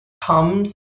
comes